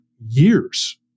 years